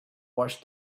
watched